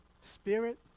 spirit